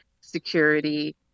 security